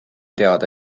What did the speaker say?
teada